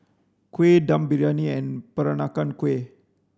kuih dum briyani and peranakan kueh